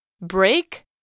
Break